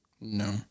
No